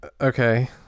Okay